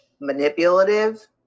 manipulative